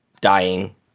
dying